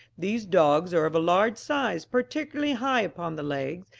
these dogs are of a large size, particularly high upon the legs,